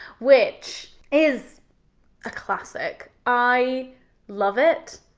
which is a classic. i love it.